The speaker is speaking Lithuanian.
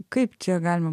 kaip čia galima